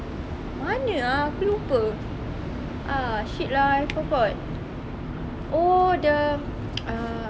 mana ah aku lupa ah shit lah I forgot oh the ah